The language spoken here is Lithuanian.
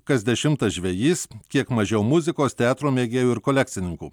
kas dešimtas žvejys kiek mažiau muzikos teatro mėgėjų ir kolekcininkų